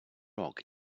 rock